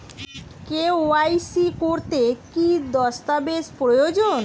KYC করতে কি দস্তাবেজ প্রয়োজন?